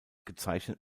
gezeichnet